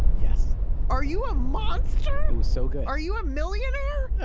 yes are you a monster? it was so good are you a millionaire?